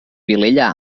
vilella